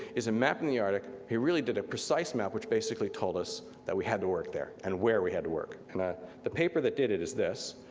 is a map in the arctic, he really did a precise map which basically told us that we had to work there, and where we had to work. and ah the paper that did it is this,